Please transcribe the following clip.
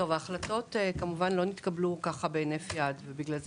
ההחלטות כמובן לא התקבלו בהינף יד ולכן